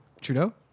Trudeau